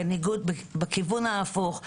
בכיוון ההפוך,